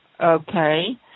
okay